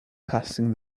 passing